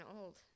old